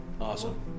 Awesome